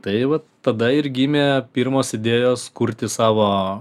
tai vat tada ir gimė pirmos idėjos kurti savo